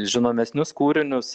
žinomesnius kūrinius